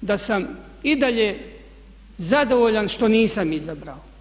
da sam i dalje zadovoljan što nisam izabrao.